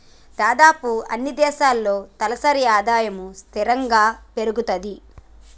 దాదాపుగా అన్నీ దేశాల్లో తలసరి ఆదాయము స్థిరంగా పెరుగుతది